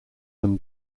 them